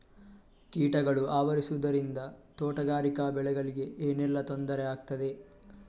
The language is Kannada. ಕೀಟಗಳು ಆವರಿಸುದರಿಂದ ತೋಟಗಾರಿಕಾ ಬೆಳೆಗಳಿಗೆ ಏನೆಲ್ಲಾ ತೊಂದರೆ ಆಗ್ತದೆ?